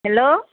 hello